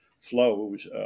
flows